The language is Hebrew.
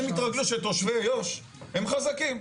עכשיו הם התרגלו שתושבי יו"ש הם חזקים.